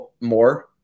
more